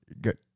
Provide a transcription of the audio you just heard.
Good